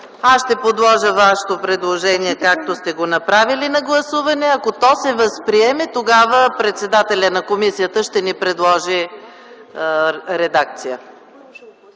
Аз ще подложа вашето предложение на гласуване както сте го направили. Ако то се възприеме, тогава председателят на комисията ще ни предложи редакция.